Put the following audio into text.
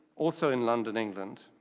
also in london, england,